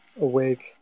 awake